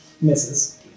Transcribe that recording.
Misses